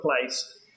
place